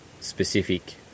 specific